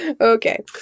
okay